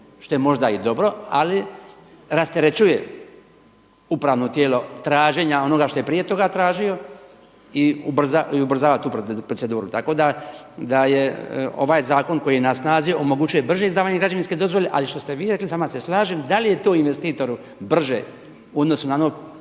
što je možda i dobro, ali rasterećuje upravno tijelo traženja onoga što je prije toga tražilo i ubrzava tu proceduru. Tako da je ovaj zakon koji je na snazi omogućuje brže izdavanje građevinske dozvole, ali što ste vi rekli s vama se slažem, da li je to investitoru brže u odnosu na ono